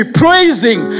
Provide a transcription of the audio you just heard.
praising